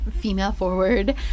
female-forward